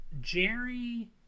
Jerry